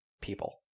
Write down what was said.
people